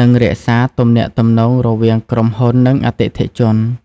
និងរក្សាទំនាក់ទំនងរវាងក្រុមហ៊ុន និងអតិថិជន។